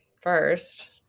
first